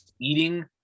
eating –